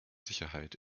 sicherheit